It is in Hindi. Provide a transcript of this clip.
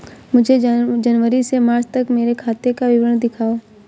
मुझे जनवरी से मार्च तक मेरे खाते का विवरण दिखाओ?